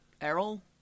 Errol